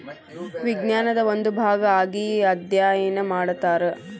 ವಿಜ್ಞಾನದ ಒಂದು ಭಾಗಾ ಆಗಿ ಅದ್ಯಯನಾ ಮಾಡತಾರ